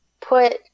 put